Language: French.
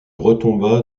retomba